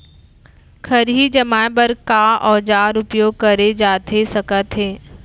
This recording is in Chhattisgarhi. खरही जमाए बर का औजार उपयोग करे जाथे सकत हे?